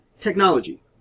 Technology